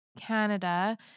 Canada